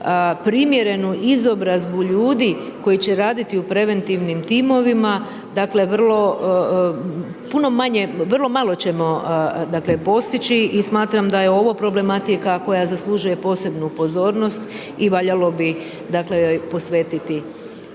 primjerenu izobrazbu ljudi koji će raditi u preventivnim timovima dakle vrlo, puno manje, vrlo malo ćemo dakle postići i smatram da je ovo problematika koja zaslužuje posebnu pozornost i valjalo bi dakle